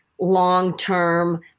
long-term